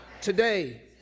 Today